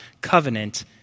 covenant